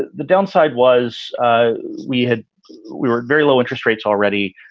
the downside was we had we were at very low interest rates already.